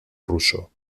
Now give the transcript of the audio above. ruso